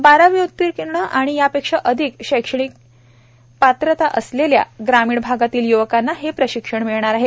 बारावी उत्तीर्ण आणि यापेक्षा अधिक शैक्षणिक असलेल्या ग्रामीण भागातील य्वकांना हे प्रशिक्षण मिळणार आहे